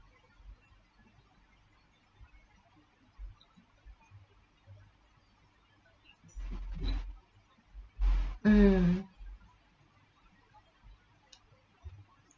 mm